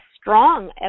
strong